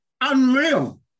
unreal